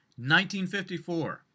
1954